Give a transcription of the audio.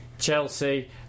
Chelsea